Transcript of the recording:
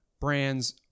brands